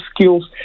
skills